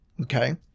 Okay